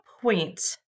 point